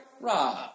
Rob